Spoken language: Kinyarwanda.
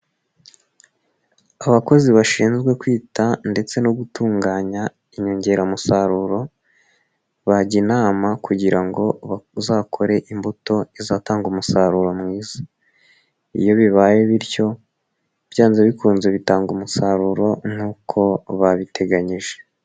Abakozi bashinzwe kwita ndetse no gutunganya inyongeramusaruro, bajya inama kugira ngo bazakore imbuto izatanga umusaruro mwiza, iyo bibaye bityo byanze bikunze bitanga umusaruro nk'uko babiteganyije.